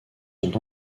sont